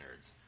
nerds